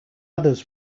others